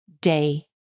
day